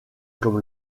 comme